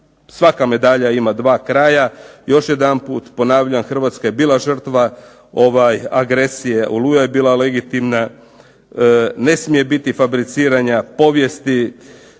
svaka medalja ima dva kraja. Još jedanput ponavljam Hrvatska je bila žrtva agresije, Oluja" je bila legitimna, ne smije biti fabriciranja povijesti.